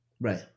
Right